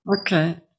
Okay